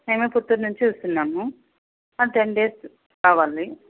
మేము పుత్తూరు నుంచి వస్తున్నాము టెన్ డేస్ కావాలి